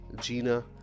Gina